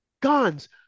Guns